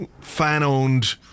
fan-owned